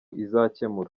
izakemura